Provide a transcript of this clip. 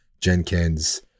Jenkins